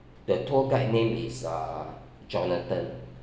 the tour guide name is uh jonathan